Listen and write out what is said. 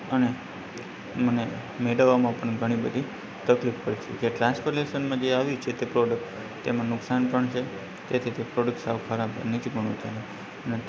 અને મને મેળવવામાં પણ ઘણી બધી તકલીફ પડી હતી જે ટ્રાન્સફોર્ટેસનમાં જે આવી છે તે પ્રોડક્ટ તેમાં નુકસાન પણ છે તેથી તે પ્રોડક્ટ સાવ ખરાબ ને નીચી ગુણવત્તાની